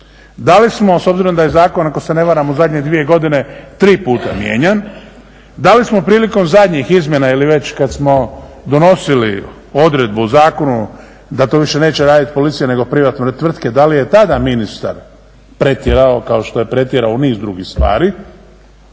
Da li smo s obzirom da je zakon ako se ne varam u zadnje dvije godine tri puta mijenjan, da li smo prilikom zadnjih izmjena ili već kada smo donosili odredbu u zakonu da to više neće raditi policija nego privatne tvrtke, da li je tada ministar pretjerao kao što je pretjerao u niz drugih stvari?